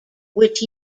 which